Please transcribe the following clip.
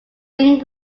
being